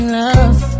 love